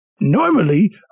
Normally